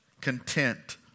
content